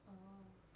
orh